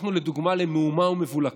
הפכנו לדוגמה למהומה ומבולקה.